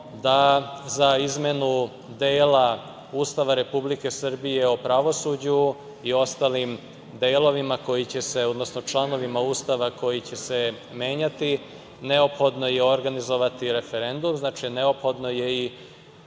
da za izmenu dela Ustava Republike Srbije o pravosuđu i ostalim delovima koji će se, odnosno članovima Ustava koji će se menjati, neophodno je organizovati referendum, znači neophodno je i